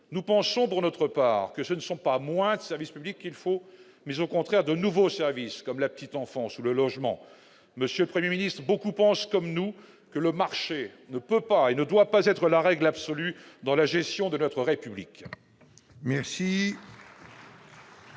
nous pensons pour notre part que ce ne sont pas moins de service public, il faut mais au contraire de nouveaux services comme la petite enfance ou le logement, monsieur le 1er ministre beaucoup pensent comme nous que le marché ne peut pas et ne doit pas être la règle absolue dans la gestion de notre République.